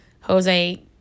Jose